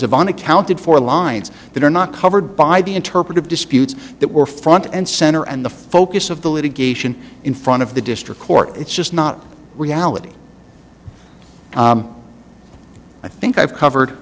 of unaccounted for lines that are not covered by the interpretive disputes that were front and center and the focus of the litigation in front of the district court it's just not reality i think i've covered